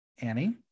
Annie